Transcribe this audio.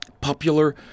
popular